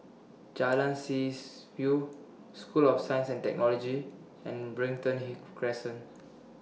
Jalan Seas View School of Science and Technology and Brighton He Crescent